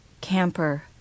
Camper